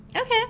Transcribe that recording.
okay